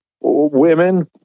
women